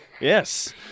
Yes